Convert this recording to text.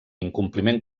incompliment